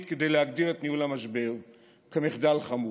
כדי להגדיר את ניהול המשבר כמחדל חמור,